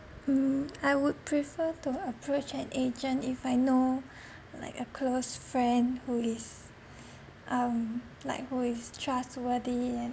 mm I would prefer to approach an agent if I know like a close friend who is um like who is trustworthy and